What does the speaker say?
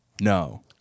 No